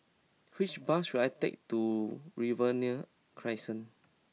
which bus should I take to Riverina Crescent